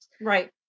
right